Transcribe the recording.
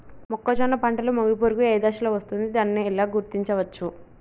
మొక్కజొన్న పంటలో మొగి పురుగు ఏ దశలో వస్తుంది? దానిని ఎలా గుర్తించవచ్చు?